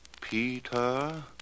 Peter